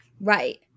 Right